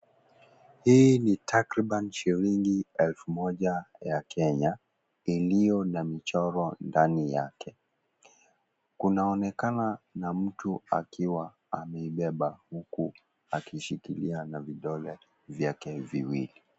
Hii ni takriban shilingi elfu moja ya kenya, iliyo na michoro ndani yake. Kunaonekana na mtu akiwa ameibeba, huku akishikilia na vidole vyake viwili.